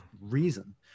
reason